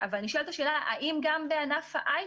אבל נשאלת השאלה: האם גם בענף ההיי-טק,